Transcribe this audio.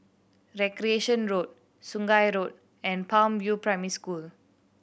Recreation Road Sungei Road and Palm View Primary School